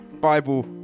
bible